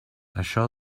això